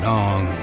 Long